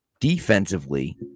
Defensively